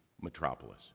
metropolis